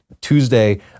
Tuesday